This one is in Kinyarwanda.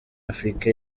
afrique